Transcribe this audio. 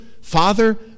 father